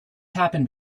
happened